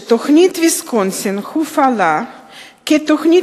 שתוכנית ויסקונסין הופעלה כתוכנית